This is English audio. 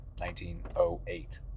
1908